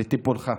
לטיפולך.